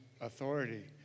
authority